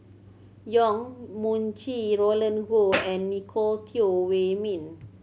Yong Mun Chee Roland Goh and Nicolette Teo Wei Min